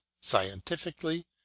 scientifically